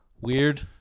weird